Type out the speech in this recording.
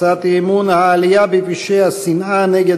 הצעת אי-אמון: העלייה בפשעי השנאה נגד